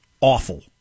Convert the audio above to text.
awful